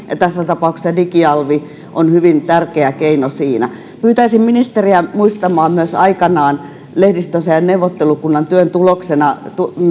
tässä tapauksessa digialvi on hyvin tärkeä keino siinä pyytäisin ministeriä muistamaan myös aikanaan lehdistöasiain neuvottelukunnan työn tuloksena tulleet